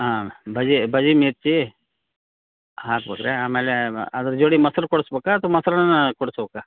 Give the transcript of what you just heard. ಹಾಂ ಭಜಿ ಭಜಿ ಮಿರ್ಚಿ ಹಾಕ್ಬೋದು ರಿ ಆಮೇಲೆ ಅದ್ರ ಜೋಡಿ ಮೊಸ್ರು ಕೊಡಿಸ್ಬೇಕಾ ಅಥ್ವಾ ಮೊಸ್ರನ್ನನೇ ಕೊಡಿಸ್ಬೇಕಾ